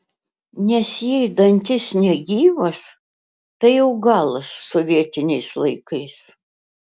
nes jei dantis negyvas tai jau galas sovietiniais laikais